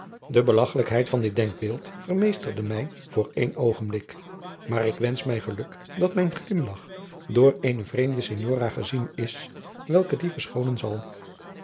de belagchelijkheid van dit denkbeeld vermeesterde mij voor een oogenblik maar ik wensch mij geluk dat mijn glimlach door eene vreemde signora gezien is welke dien verschoonen zal